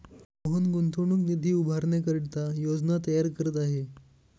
मोहन गुंतवणूक निधी उभारण्याकरिता योजना तयार करत आहे